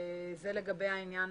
זה לגבי העניין